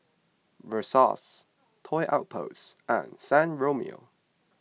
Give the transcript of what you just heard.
Versace Toy Outpost and San Remo